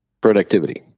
productivity